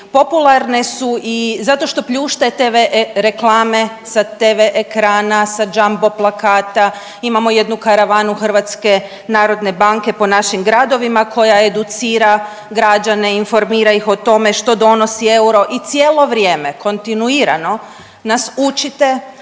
popularne su i zato što pljušte TV reklame sa TV ekrana, sa džambo plakata, imamo jednu karavanu HNB-a po našim gradovima koja educira građana, informira ih o tome što donosi euro i cijelo vrijeme kontinuirano nas učite